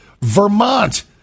Vermont